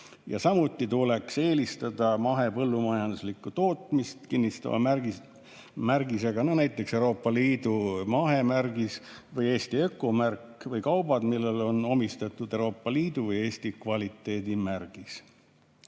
Samuti tuleks eelistada mahepõllumajanduslikku tootmist kinnitava märgisega, näiteks Euroopa Liidu mahemärgis või Eesti ökomärk, [tooteid] või kaupu, millele on omistatud Euroopa Liidu või Eesti kvaliteedimärgis.